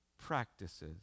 practices